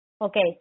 Okay